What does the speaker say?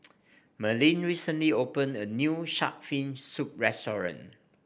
Merlyn recently opened a new shark fin soup restaurant